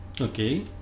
Okay